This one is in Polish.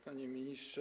Panie Ministrze!